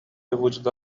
بوجود